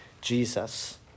Jesus